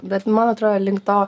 bet man atro link to